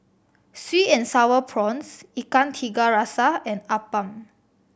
sweet and Sour Prawns Ikan Tiga Rasa and appam